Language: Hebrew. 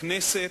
בכנסת.